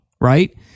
right